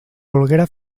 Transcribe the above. volguera